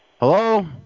Hello